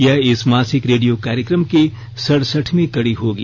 यह इस मासिक रेडियो कार्यक्रम की सरसठवीं कड़ी होगी